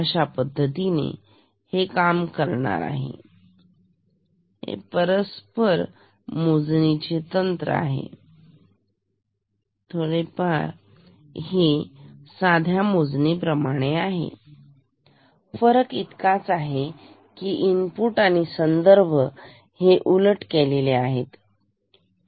अशा पद्धतीने ते काम करेल हे परस्पर मोजणीचे तंत्र आहे थोडेफार हे साध्या मोजणी प्रमाणेच आहे फरक इतकाच आहे की इनपुट आणि संदर्भ हे उलट केलेली आहे